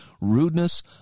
rudeness